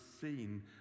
seen